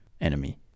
enemy